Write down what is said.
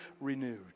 renewed